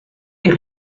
est